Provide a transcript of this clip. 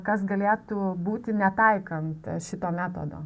kas galėtų būti netaikant šito metodo